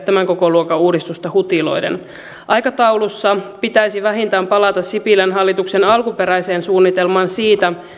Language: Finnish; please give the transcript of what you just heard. tämän kokoluokan uudistusta hutiloiden aikataulussa pitäisi vähintään palata sipilän hallituksen alkuperäiseen suunnitelmaan siitä